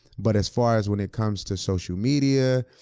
but as far as when it comes to social media,